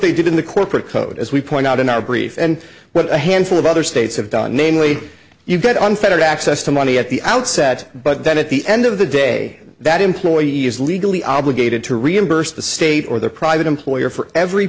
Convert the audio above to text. they did in the corporate code as we point out in our brief and what a handful of other states have done namely you get unfettered access to money at the outset but then at the end of the day that employee is legally obligated to reimburse the state or their private employer for every